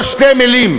או שתי מילים,